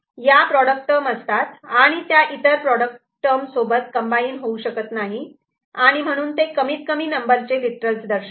या product term असतात आणि त्या इतर प्रोडक्ट टर्म सोबत कम्बाईन होऊ शकत नाही आणि म्हणून ते कमीत कमी नंबरचे लिटरल्स दर्शवतात